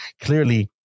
Clearly